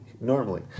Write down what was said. Normally